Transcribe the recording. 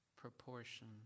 proportion